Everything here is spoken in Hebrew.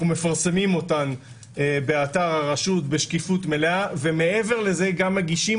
מפרסמים אותם באתר הרשות בשקיפות מלאה ומעבר לזה מגישים